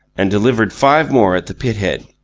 and delivered five more at the pithead.